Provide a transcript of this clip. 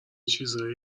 چیزهایی